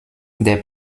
der